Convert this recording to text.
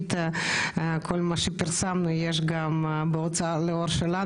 כל מה שפרסמנו נמצא גם בהוצאה שלנו לאור,